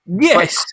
Yes